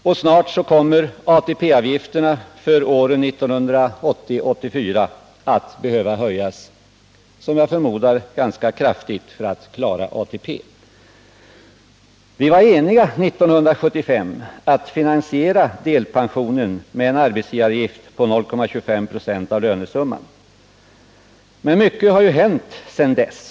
Och snart kommer ATP-avgifterna för åren 1980-1984 att behöva höjas, som jag förmodar ganska kraftigt, för att ATP skall klaras. Vi var 1975 eniga om att finansiera delpensionen med en arbetsgivaravgift på 0,25 96 av lönesumman, men mycket har ju hänt sedan dess.